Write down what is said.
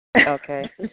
Okay